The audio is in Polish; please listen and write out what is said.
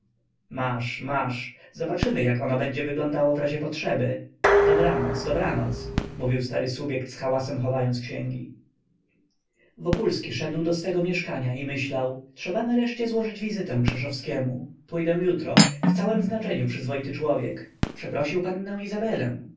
masz masz zobaczymy jak ono będzie wyglądało w razie potrzeby dobranoc dobranoc mówił stary subjekt z hałasem chowając księgi wokulski szedł do swego mieszkania i myślał trzeba nareszcie złożyć wizytę krzeszowskiemu pójdę jutro w całem znaczeniu przyzwoity człowiek przeprosił pannę